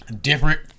different